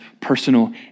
personal